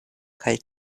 kaj